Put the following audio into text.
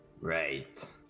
Right